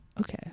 Okay